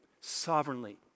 sovereignly